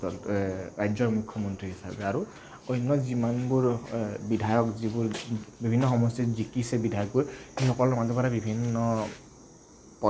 ৰাজ্যৰ মুখ্যমন্ত্ৰী হিচাপে আৰু অন্য যিমানবোৰ বিধায়ক যিবোৰ বিভিন্ন সমষ্টিত জিকিছে বিধায়কবোৰ সেই সকলক বিভিন্ন